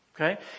Okay